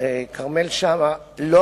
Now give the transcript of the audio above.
כרמל שאמה, לא